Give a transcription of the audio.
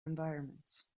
environments